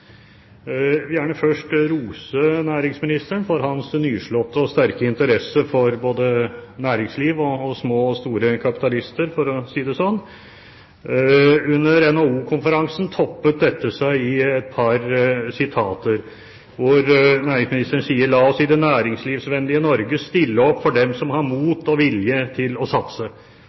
vil gjerne først rose næringsministeren for hans nyslåtte og sterke interesse for både næringsliv og små og store kapitalister, for å si det slik. Under NHO-konferansen toppet dette seg med et par uttalelser, hvor næringsministeren sa: La oss i det næringslivsvennlige Norge stille opp for dem som har mot og vilje til å satse.